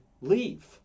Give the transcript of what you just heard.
leave